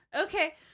Okay